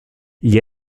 gli